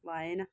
भएन